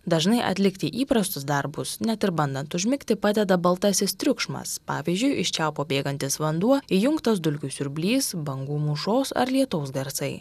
dažnai atlikti įprastus darbus net ir bandant užmigti padeda baltasis triukšmas pavyzdžiui iš čiaupo bėgantis vanduo įjungtas dulkių siurblys bangų mūšos ar lietaus garsai